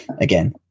again